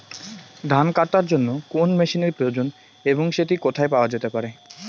ধান কাটার জন্য কোন মেশিনের প্রয়োজন এবং সেটি কোথায় পাওয়া যেতে পারে?